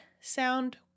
sound